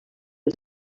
els